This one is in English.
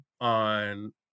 on